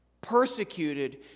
Persecuted